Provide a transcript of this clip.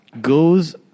goes